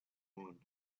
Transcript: moon